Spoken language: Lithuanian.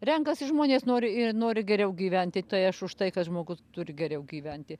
renkasi žmonės nori ir nori geriau gyventi tai aš už tai kad žmogus turi geriau gyventi